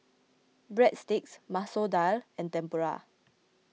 Breadsticks Masoor Dal and Tempura